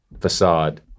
facade